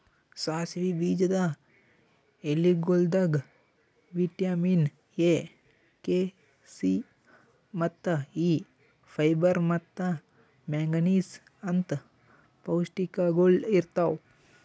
ಸಾಸಿವಿ ಬೀಜದ ಎಲಿಗೊಳ್ದಾಗ್ ವಿಟ್ಯಮಿನ್ ಎ, ಕೆ, ಸಿ, ಮತ್ತ ಇ, ಫೈಬರ್ ಮತ್ತ ಮ್ಯಾಂಗನೀಸ್ ಅಂತ್ ಪೌಷ್ಟಿಕಗೊಳ್ ಇರ್ತಾವ್